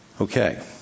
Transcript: Okay